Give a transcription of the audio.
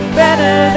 better